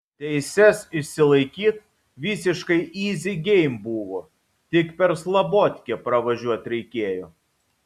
teises išsilaikyt visiškai yzi geim buvo tik per slabotkę pravažiuot reikėjo